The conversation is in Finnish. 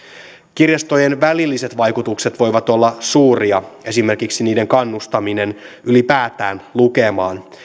kirjastojen välilliset vaikutukset voivat olla suuria esimerkiksi niiden kannustaminen ylipäätään lukemaan